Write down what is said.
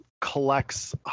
collects